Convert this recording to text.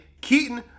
Keaton